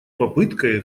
попыткой